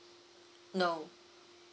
no